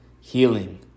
Healing